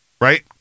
right